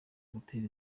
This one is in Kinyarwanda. gutera